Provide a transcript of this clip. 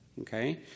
Okay